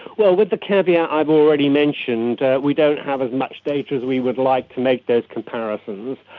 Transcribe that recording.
well, with the caveat i've already mentioned, we don't have as much data as we would like to make those comparisons.